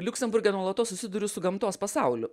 liuksemburge nuolatos susiduriu su gamtos pasauliu